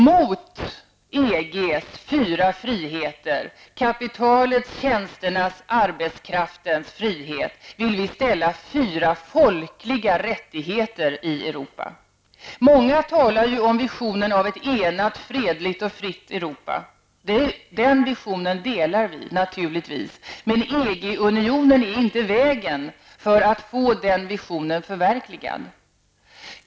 Mot EGs fyra friheter -- kapitalets, varornas, tjänsternas, arbetskraftens frihet -- vill vi ställa fyra folkliga rättigheter i Europa. Många talar ju om visionen av ett enat, fredligt och fritt Europa. Den visionen har naturligtvis vi också. Men EG-unionen är inte i vägen för att få den visionen förverkligad.